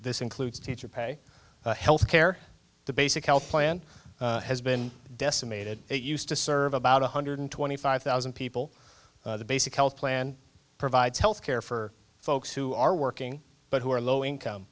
this includes teacher pay health care the basic health plan has been decimated it used to serve about one hundred twenty five thousand people the basic health plan provides health care for folks who are working but who are low income